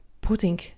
putting